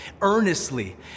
earnestly